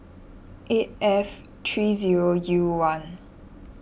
eight F three zero U one